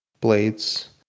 blades